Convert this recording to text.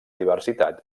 diversitat